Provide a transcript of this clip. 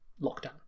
lockdown